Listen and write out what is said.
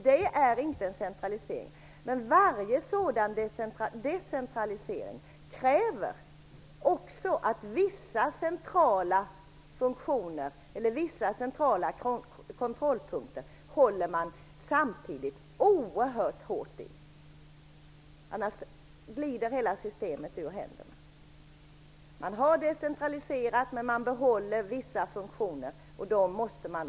Detta är inte en centralisering, men varje decentralisering av detta slag kräver också att man centralt håller i vissa saker oerhört hårt. Annars glider hela systemet ur händerna. Man har decentraliserat, men vissa funktioner behålls centralt.